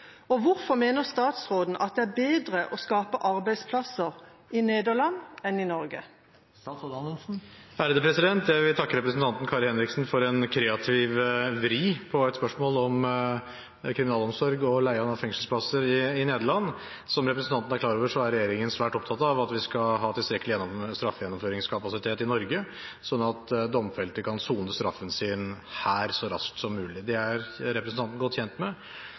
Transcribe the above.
og hvorfor mener statsråden det er bedre å skape arbeidsplasser i Nederland enn i Norge?» Jeg vil takke representanten Kari Henriksen for en kreativ vri på et spørsmål om kriminalomsorg og leie av fengselsplasser i Nederland. Som representanten er klar over, er regjeringen svært opptatt av at vi skal ha tilstrekkelig straffegjennomføringskapasitet i Norge, sånn at domfelte kan sone straffen sin her så raskt som mulig. Det er representanten godt kjent med.